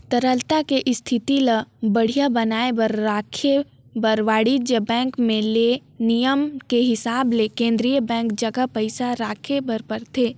तरलता के इस्थिति ल बड़िहा बनाये बर राखे बर वाणिज्य बेंक मन ले नियम के हिसाब ले केन्द्रीय बेंक जघा पइसा राखे बर परथे